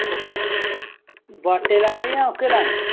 कोह्के बाटे लैने जां ओह्के लैने